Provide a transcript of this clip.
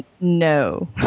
No